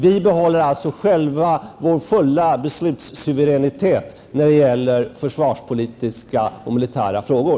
Vi behåller själva vår fulla beslutssuveränitet när det gäller försvarspolitiska och militära frågor.